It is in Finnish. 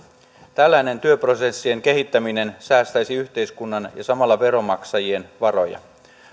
tällainen työprosessien kehittäminen säästäisi yhteiskunnan ja samalla veronmaksajien varoja